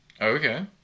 Okay